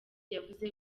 yavuze